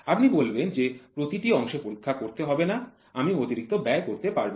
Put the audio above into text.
আপনি বলবেন যে প্রতিটি অংশে পরীক্ষা করতে হবে না আমি অতিরিক্ত ব্যয় করতে পারবন